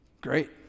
Great